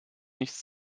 nichts